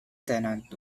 tenant